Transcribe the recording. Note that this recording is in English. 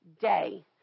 day